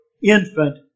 infant